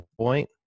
point